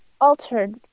Altered